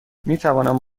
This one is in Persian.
میتوانم